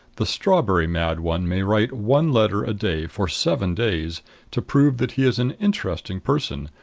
the strawberry-mad one may write one letter a day for seven days to prove that he is an interesting person,